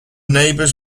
neighbours